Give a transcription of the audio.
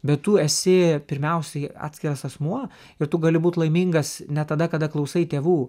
bet tu esi pirmiausiai atskiras asmuo ir tu gali būt laimingas ne tada kada klausai tėvų